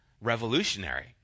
revolutionary